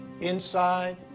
inside